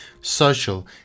social